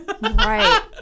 Right